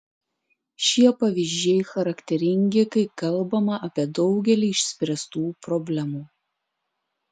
šie pavyzdžiai charakteringi kai kalbama apie daugelį išspręstų problemų